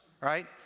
right